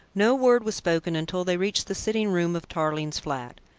no word was spoken until they reached the sitting-room of tarling's flat.